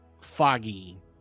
foggy